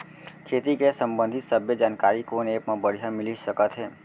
खेती के संबंधित सब्बे जानकारी कोन एप मा बढ़िया मिलिस सकत हे?